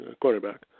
Quarterback